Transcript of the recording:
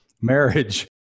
marriage